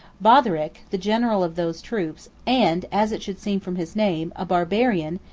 botheric, the general of those troops, and, as it should seem from his name, a barbarian,